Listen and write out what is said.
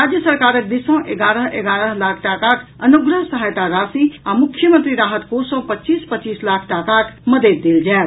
राज्य सरकारक दिस सॅ एगारह एगारह लाख टाकाक अनुग्रह सहायता राशि आ मुख्यमंत्री राहत कोष सॅ पच्चीस पच्चीस लाख टाकाक मददि देल जायत